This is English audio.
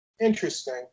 Interesting